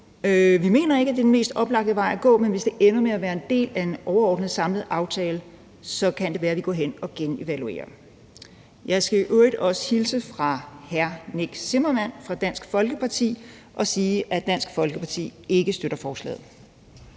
Vi mener ikke, at det er den mest oplagte vej at gå, men hvis det ender med at være en del af en overordnet og samlet aftale, kan det være, vi går hen og reevaluerer det. Jeg skal i øvrigt også hilse fra hr. Nick Zimmermann fra Dansk Folkeparti og sige, at Dansk Folkeparti ikke støtter forslaget.